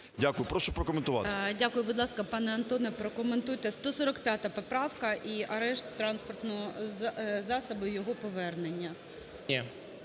Дякую. Прошу прокоментувати. ГОЛОВУЮЧИЙ. Дякую. Будь ласка, пане Антоне, прокоментуйте. 145-а поправка. І арешт транспортного засобу і його повернення.